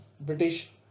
British